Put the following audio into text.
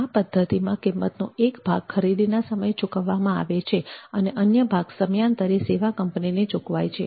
આ પદ્ધતિમાં કિંમતનો એક ભાગ ખરીદીના સમયે ચૂકવવામાં આવે છે અને અન્ય ભાગ સમયાંતરે સેવા કંપનીને ચૂકવાય છે